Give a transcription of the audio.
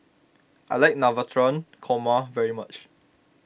I like Navratan Korma very much